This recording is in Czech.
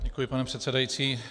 Děkuji, pane předsedající.